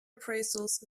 appraisals